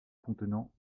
contenant